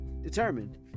determined